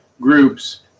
groups